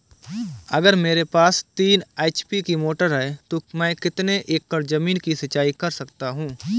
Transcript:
अगर मेरे पास तीन एच.पी की मोटर है तो मैं कितने एकड़ ज़मीन की सिंचाई कर सकता हूँ?